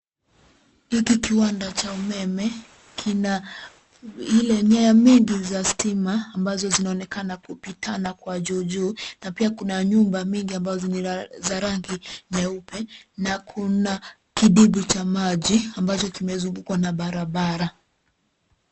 Hiki kiwanda cha umeme kina nyaya mingi za stima ambazo zinaonekana kupitana kwa juu juu na pia kuna nyumba mingi ambao ni za rangi nyeupe na kuna kidimbwi cha maji ambacho kimezungukwa na barabara.